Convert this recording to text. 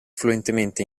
fluentemente